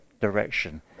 direction